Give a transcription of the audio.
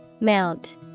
Mount